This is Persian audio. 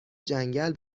جنگل